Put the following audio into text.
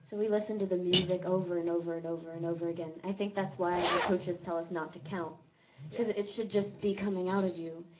so we listen to the music over and over and over and over again i think that's why our coaches tell us not to count because it should just be coming out of you.